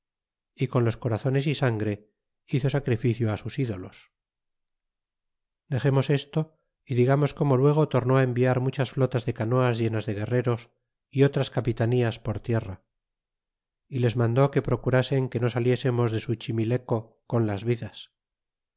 y con los corazones y sangre hizo sacrificio sus ídolos dexemos esto y digamos como luego tornó enviar muchas flotas de canoas llenas de guerreros y otras capitanías por tierra y les mandó que procurasen que no saliésemos de suchimileco con las vidas